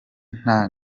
nta